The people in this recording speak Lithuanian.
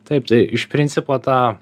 taip tai iš principo ta